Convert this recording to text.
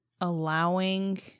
allowing